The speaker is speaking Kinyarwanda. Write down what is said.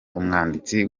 umwanditsi